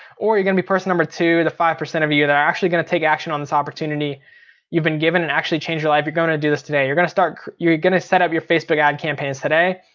or you're gonna be person number two, the five percent of you that are actually gonna take action on this opportunity you've been given and actually change your life, you're going to do this today. you're gonna start, you're gonna set up your facebook ad campaigns today.